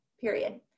period